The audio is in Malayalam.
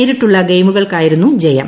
നേരിട്ടുള്ള ഗെയിമുകൾക്കായിരുന്നു ജയം